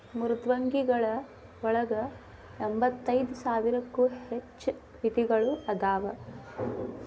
ಮೃದ್ವಂಗಿಗಳ ಒಳಗ ಎಂಬತ್ತೈದ ಸಾವಿರಕ್ಕೂ ಹೆಚ್ಚ ವಿಧಗಳು ಅದಾವ